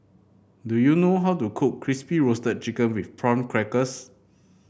do you know how to cook Crispy Roasted Chicken with Prawn Crackers